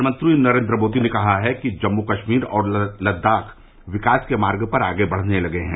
प्रधानमंत्री नरेन्द्र मोदी ने कहा कि जम्मू कश्मीर और लद्दाख विकास के मार्ग पर आगे बढ़ने लगे हैं